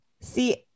see